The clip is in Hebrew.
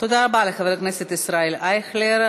תודה רבה לחבר הכנסת ישראל אייכלר.